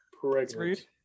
pregnant